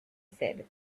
said